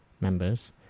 members